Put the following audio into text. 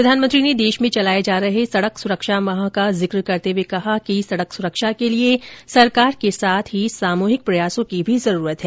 प्रधानमंत्री ने देश में चलाये जा रहे सड़क सुरक्षा माह का जिक करते हुए कहा कि सड़क सुरक्षा के लिए सरकार के साथ ही सामुहिक प्रयासों की जरूरत है